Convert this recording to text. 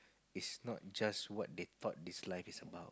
is not just what they thought is life is about